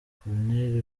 colonel